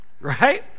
Right